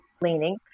leaning